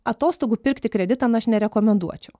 atostogų pirkti kreditan aš nerekomenduočiau